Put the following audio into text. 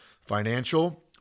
financial